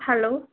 hello